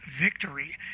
victory